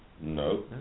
No